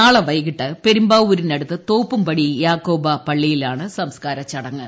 നാളെ വൈകിട്ട് പെരുമ്പാവൂരിനടുത്ത് തോപ്പുംപടി യാക്കോബ പള്ളിയിൽ ആണ് സംസ്ക്കാര ചടങ്ങ്